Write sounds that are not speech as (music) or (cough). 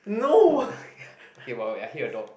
(laughs) okay but but I hate your dog